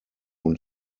und